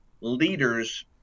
leaders